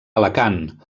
alacant